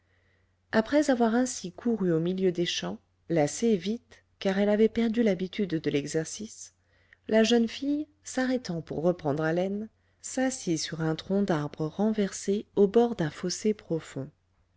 après avoir ainsi couru au milieu des champs lassée vite car elle avait perdu l'habitude de l'exercice la jeune fille s'arrêtant pour reprendre haleine s'assit sur un tronc d'arbre renversé au bord d'un fossé profond